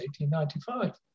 1895